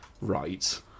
Right